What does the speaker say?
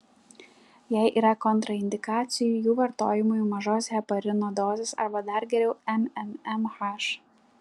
jei yra kontraindikacijų jų vartojimui mažos heparino dozės arba dar geriau mmmh